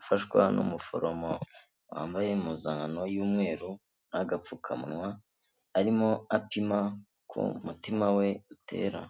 afashwa n'umuforomo wambaye impuzankano y'umweru n'agapfukamunwa arimo apima uko umutima we utera.